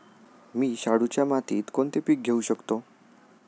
मी शाडूच्या मातीत कोणते पीक घेवू शकतो?